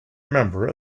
member